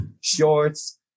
shorts